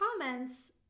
comments